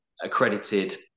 accredited